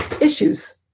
issues